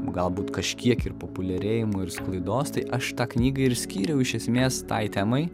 galbūt kažkiek ir populiarėjimo ir sklaidos tai aš tą knygą ir skyriau iš esmės tai temai